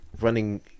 running